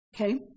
Okay